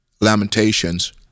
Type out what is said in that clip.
Lamentations